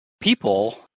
people